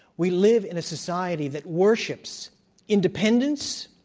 we live in a society that worships independence,